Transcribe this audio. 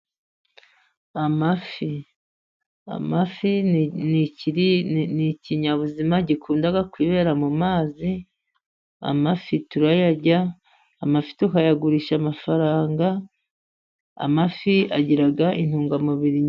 Amafi. Amafi ni ni ikinyabuzima gikunda kwibera mu mazi ,amafi turayarya, amafi tukayagurisha amafaranga, amafi agiraga intungamubiri.